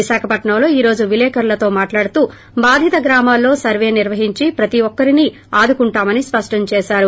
విశాఖపట్సంలో ఈరోజు విలేకర్లతో మాట్లాడుతూ బాధిత గ్రామాల్లో సర్వే నిర్వహించి ప్రతి ఒక్కరినీ ఆదుకుంటామని స్పష్టం చేశారు